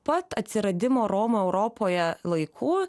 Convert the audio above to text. pat atsiradimo romų europoje laikų